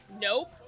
nope